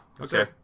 okay